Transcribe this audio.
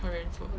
korean food